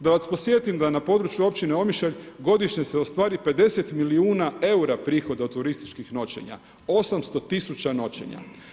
Da vas podsjetim da na području općine Omišalj godišnje se ostvari 50 milijuna eura prihoda od turističkih noćenja, 800 tisuća noćenja.